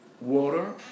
Water